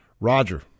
Roger